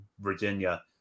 Virginia